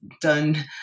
done